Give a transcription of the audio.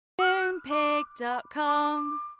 Moonpig.com